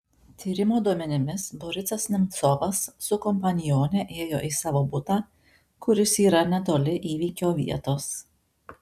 tyrimo duomenimis borisas nemcovas su kompanione ėjo į savo butą kuris yra netoli įvykio vietos